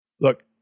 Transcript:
look